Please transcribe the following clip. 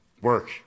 work